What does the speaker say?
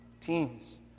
teens